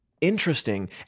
interesting